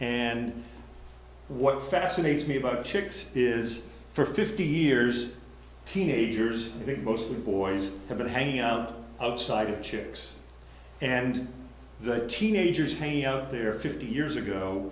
and what fascinates me about chicks is for fifty years teenagers maybe mostly boys have been hanging out outside of chicks and the teenagers hany out there fifty years ago